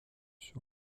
sur